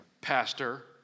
pastor